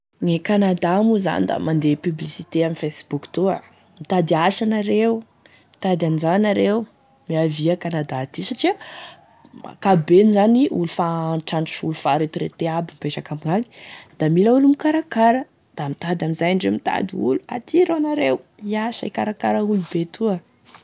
Gne Canada moa zany da mandeha ame publicité ame Facebook toa, mitady asa anareo mitady an'izao anareo miavia à Canada aty satria ankapobeany zany olo fa antitrantitry olo fa retraité aby e mipetraky amignagny da mila olo mikarakara, da mitady amiizay indreo mitady olo aty ro anareo, hiasa, hikarakara gn'olo be toa.